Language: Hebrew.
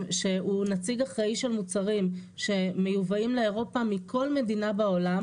שהוא נציג אחראי של מוצרים שמיובאים לאירופה מכל מדינה בעולם,